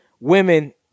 women